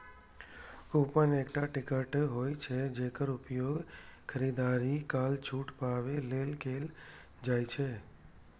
coupon एकटा ticket होइ छै, जेकर उपयोग खरीदारी काल छूट पाबै लेल कैल जाइ छै